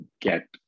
get